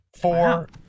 Four